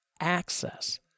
access